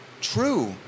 true